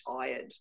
tired